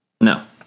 No